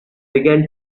began